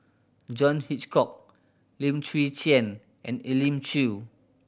John Hitchcock Lim Chwee Chian and Elim Chew